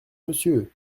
monsieur